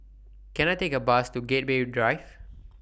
Can I Take A Bus to Gateway Drive